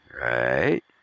right